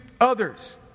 others